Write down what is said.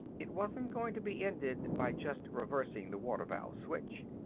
it wasn't going to be ended by just reversing the water-valve switch.